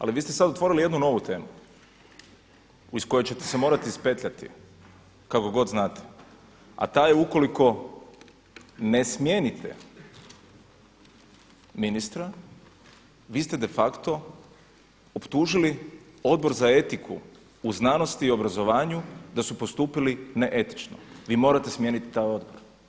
Ali vi ste sad otvorili jednu temu iz koje ćete se morati ispetljati kako god znate a ta je ukoliko ne smijenite ministra vi ste de facto optužili Odbor za etiku u znanosti i obrazovanju da su postupili neetično, vi mora smijeniti taj odbor.